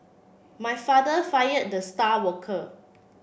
my father fired the star worker